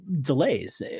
delays